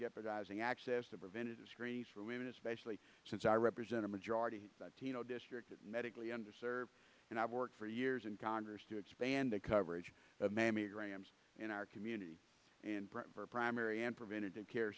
jeopardizing access to preventative screenings for women especially since i represent a majority latino district medically underserved and i worked for years in congress to expand the coverage of mammy grahams in our community and our primary and preventative care